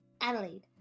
Adelaide